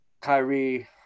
Kyrie